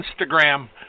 Instagram